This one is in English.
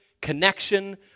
connection